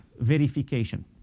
verification